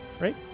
right